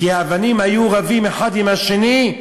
כי האבנים היו רבות אחת עם השנייה,